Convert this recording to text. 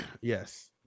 Yes